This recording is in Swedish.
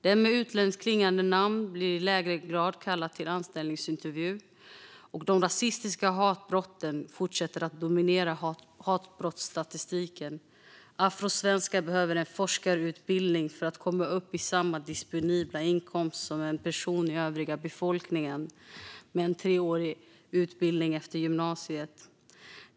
Den med utländskt klingande namn blir i lägre grad kallad till anställningsintervju, och de rasistiska hatbrotten fortsätter att dominera hatbrottsstatistiken. Afrosvenskar behöver en forskarutbildning för att komma upp i samma disponibla inkomst som en person i övriga befolkningen med en treårig utbildning efter gymnasiet.